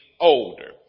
older